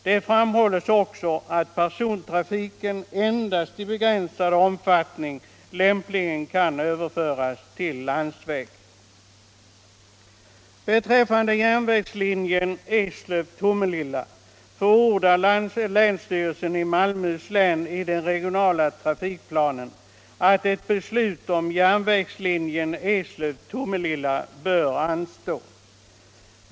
Det framhålles också att persontrafiken endast i begränsad omfattning lämpligen kan överföras till landsväg. I fråga om järnvägslinjen Eslöv-Tomelilla förordar länsstyrelsen i Malmöhus län i den regionala trafikplanen att ett beslut bör anstå.